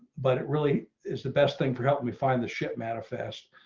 but it really is the best thing for helping me find the ship manifest